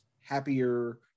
happier